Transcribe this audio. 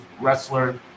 wrestler